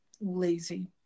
lazy